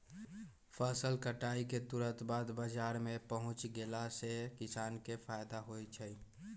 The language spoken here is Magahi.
फसल कटाई के तुरत बाद बाजार में पहुच गेला से किसान के फायदा होई छई